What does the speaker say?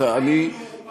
תגיד: טעינו בהצבעה.